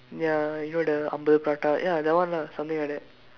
ya you know the ஐம்பது:aimpathu prata ya that one lah something like that